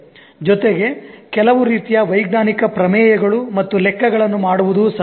ಜೊತೆಗೆ ಕೆಲವು ರೀತಿಯ ವೈಜ್ಞಾನಿಕ ಪ್ರಮೇಯಗಳು ಮತ್ತು ಲೆಕ್ಕಗಳನ್ನು ಮಾಡುವುದು ಸಹ